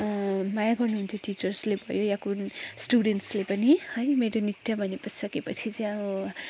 माया गर्नुहुन्थ्यो टिचर्सले अब स्टुडेन्सले पनि है मेरो नृत्य भनिसकेपछि अब